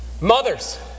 Mothers